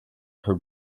her